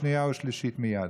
שנייה ושלישית מייד.